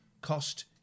cost